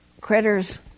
critters